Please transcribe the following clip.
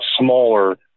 smaller